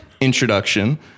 introduction